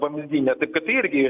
vamzdyne taip kad tai irgi